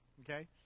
okay